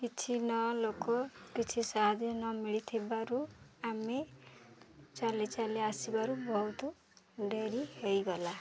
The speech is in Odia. କିଛି ନ ଲୋକ କିଛି ସାହାଯ୍ୟ ନ ମିଳିଥିବାରୁ ଆମେ ଚାଲି ଚାଲି ଆସିବାରୁ ବହୁତ ଡେରି ହେଇଗଲା